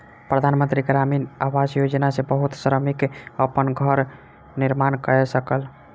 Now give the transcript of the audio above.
प्रधान मंत्री ग्रामीण आवास योजना सॅ बहुत श्रमिक अपन घर निर्माण कय सकल